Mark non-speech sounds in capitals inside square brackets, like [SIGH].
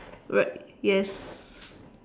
r~ yes [BREATH]